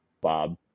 Bob